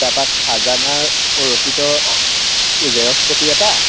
তাৰপৰা খাজানাৰ অ' ৰচিদৰ জেৰক্স কপি এটা